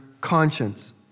conscience